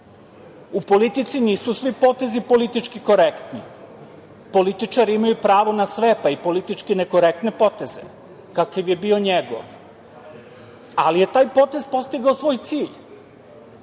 U politici nisu svi potezi politički korektni. Političari imaju pravo na sve, pa i na politički nekorektne poteze, kakav je bio njegov. Taj potez je postigao svoj cilj.